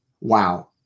Wow